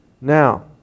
Now